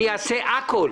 אעשה הכול,